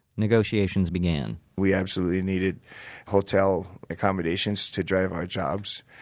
negotiations began we absolutely needed hotel accommodations to drive our jobs.